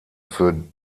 für